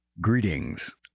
Greetings